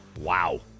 Wow